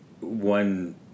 one